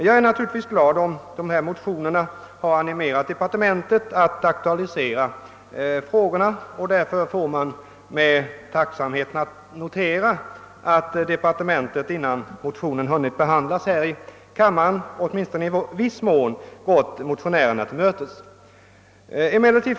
Jag är naturligtvis glad om våra motioner har animerat departementet att aktualisera dessa frågor, och jag noterar med tacksamhet att departementet redan innan motionerna hunnit behandlas här i riksdagen har gått motionärerna till mötes, i varje fall delvis.